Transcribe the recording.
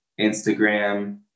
instagram